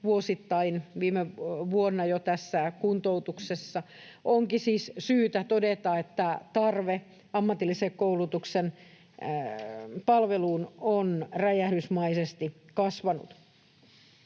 ollut viime vuonna tässä kuntoutuksessa. Onkin siis syytä todeta, että tarve ammatillisen koulutuksen palveluun on räjähdysmäisesti kasvanut.